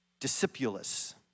discipulus